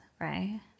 right